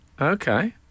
Okay